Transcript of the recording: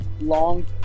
long